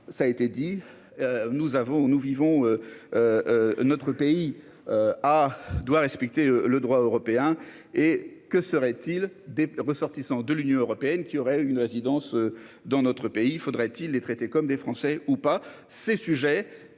en négatif. Puis, notre pays doit respecter le droit européen. Qu'en serait-il des ressortissants de l'Union européenne qui auraient une résidence dans notre pays ? Faudrait-il les traiter comme des Français ?